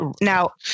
now